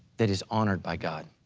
that is honored by god.